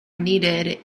needed